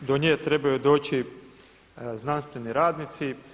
Do nje trebaju doći znanstveni radnici.